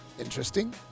Interesting